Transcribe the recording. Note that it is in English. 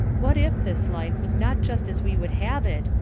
what if this life was not just as we would have it,